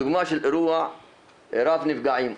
דוגמא של אירוע רב נפגעים,